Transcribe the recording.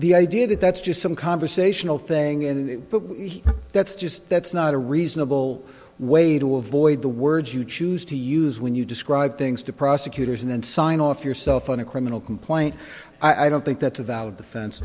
the idea that that's just some conversational thing in a book that's just that's not a reasonable way to avoid the words you choose to use when you describe things to prosecutors and then sign off yourself on a criminal complaint i don't think that's about the fence